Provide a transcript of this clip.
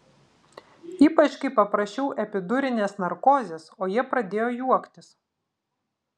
ypač kai paprašiau epidurinės narkozės o jie pradėjo juoktis